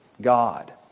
God